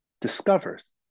discovers